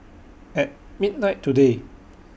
At midnight today